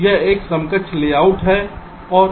यह एक समकक्ष लेआउट है और इसे स्टिक आरेख कहा जाता है